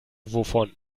wovon